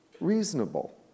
reasonable